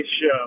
show